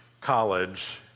college